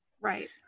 Right